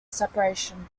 separation